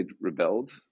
rebelled